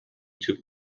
took